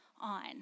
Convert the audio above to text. on